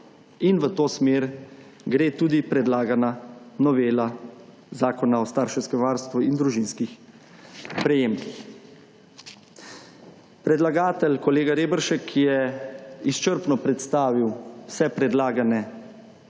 In v to smer gre tudi predlagana novela zakona o starševskem varstvu in družinskih prejemkih. Predlagatelj kolega Reberšek je izčrpno predstavil vse predlagane